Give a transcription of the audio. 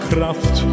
Kraft